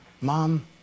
Mom